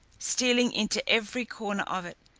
stealing into every corner of it,